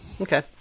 Okay